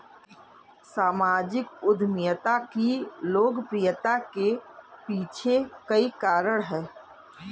सामाजिक उद्यमिता की लोकप्रियता के पीछे कई कारण है